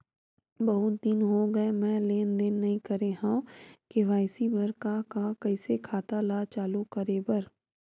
बहुत दिन हो गए मैं लेनदेन नई करे हाव के.वाई.सी बर का का कइसे खाता ला चालू करेबर?